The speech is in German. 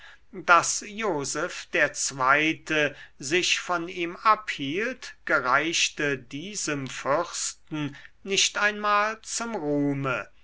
daß joseph der zweite sich von ihm abhielt gereichte diesem fürsten nicht einmal zum ruhme